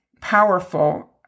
powerful